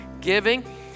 giving